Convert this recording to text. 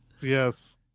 yes